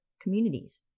communities